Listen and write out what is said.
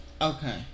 Okay